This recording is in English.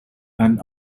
and